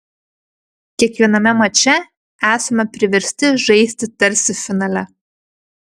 kiekviename mače esame priversti žaisti tarsi finale